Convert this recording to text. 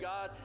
God